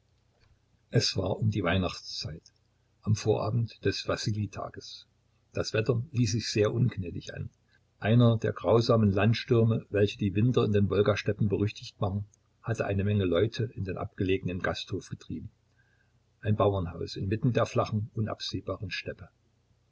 es war um die weihnachtszeit am vorabend des wassilijtages das wetter ließ sich sehr ungnädig an einer der grausamen landstürme welche die winter in den wolgasteppen berüchtigt machen hatte eine menge leute in den abgelegenen gasthof getrieben ein bauernhaus inmitten der flachen unabsehbaren steppe